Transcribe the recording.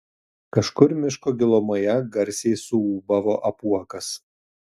kažkur miško gilumoje garsiai suūbavo apuokas